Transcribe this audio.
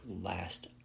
last